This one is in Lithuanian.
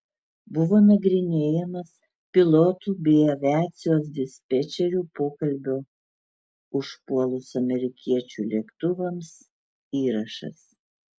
buvo nagrinėjamas pilotų bei aviacijos dispečerių pokalbio užpuolus amerikiečių lėktuvams įrašas